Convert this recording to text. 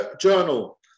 journal